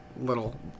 little